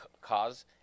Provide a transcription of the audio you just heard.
cause